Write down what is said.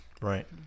Right